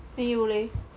没有 leh